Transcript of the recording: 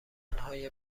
های